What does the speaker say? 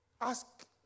Ask